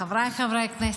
חבריי חברי הכנסת,